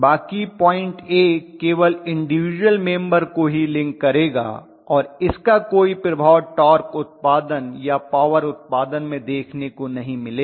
बाकी 01 केवल individual member को ही लिंक करेगा और इसका कोई प्रभाव टार्क उत्पादन या पॉवर उप्तादन में देखने को नहीं मिलेगा